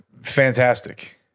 fantastic